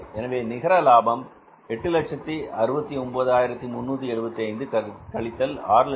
எனவே நிகர லாபம் 869375 கழித்தல் 630000